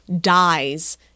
dies